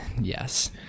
Yes